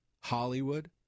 Hollywood